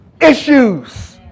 issues